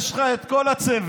יש לך את כל הצוות.